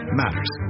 matters